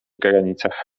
granicach